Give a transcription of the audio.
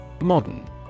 Modern